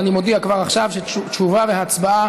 אבל אני מודיע כבר עכשיו שתשובה והצבעה